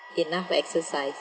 enough exercise